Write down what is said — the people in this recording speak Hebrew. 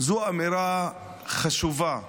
זו אמירה חשובה,